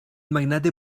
magnate